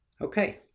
Okay